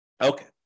Okay